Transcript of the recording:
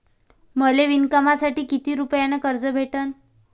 मले विणकामासाठी किती रुपयानं कर्ज भेटन?